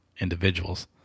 individuals